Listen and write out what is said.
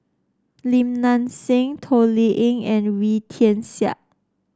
Lim Nang Seng Toh Liying and Wee Tian Siak